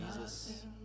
Jesus